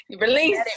release